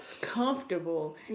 comfortable